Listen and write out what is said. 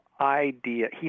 idea